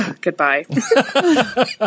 Goodbye